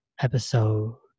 episode